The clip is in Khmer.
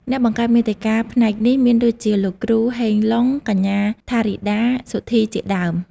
អ្នកបង្កើតមាតិកាផ្នែកនេះមានដូចជា លោកគ្រូ ហេង ឡុង, កញ្ញា ថារីដា សុធីជាដើម។